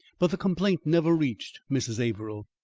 but the complaint never reached mrs. averill.